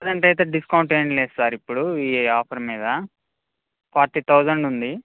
present అయితే discount ఏం లేదు సార్ ఇప్పుడు ఈ ఆఫర్ మీద ఫోర్టీ థౌజండ్ ఉంది